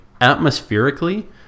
atmospherically